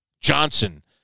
Johnson